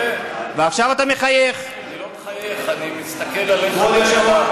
אני לא מחייך, אני מסתכל עליך ונהנה.